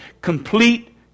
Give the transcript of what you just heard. complete